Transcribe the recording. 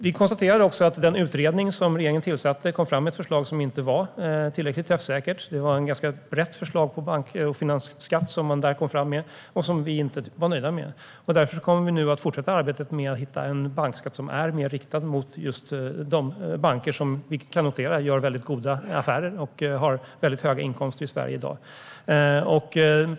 Vi konstaterade att den utredning som regeringen tillsatte kom fram med ett förslag som inte var tillräckligt träffsäkert. Det var ett ganska brett förslag på en bank och finansskatt som man där kom fram med och som vi inte var nöjda med. Därför kommer vi nu att fortsätta arbetet med att utforma en bankskatt som är riktad mot just de banker som vi kan notera gör mycket goda affärer och har mycket höga inkomster i Sverige i dag.